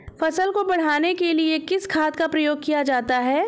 फसल को बढ़ाने के लिए किस खाद का प्रयोग किया जाता है?